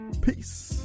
Peace